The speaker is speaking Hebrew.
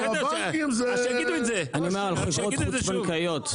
אז שיגידו את זה, שיגידו את זה שוב.